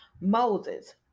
Moses